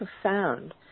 profound